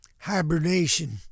Hibernation